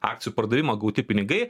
akcijų pardavimą gauti pinigai